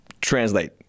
translate